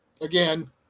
again